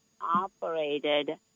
operated